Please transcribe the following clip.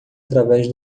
através